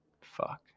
Fuck